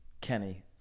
Kenny